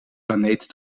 planeten